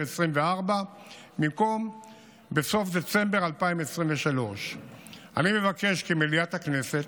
2024 במקום בסוף דצמבר 2023. אני מבקש כי מליאת הכנסת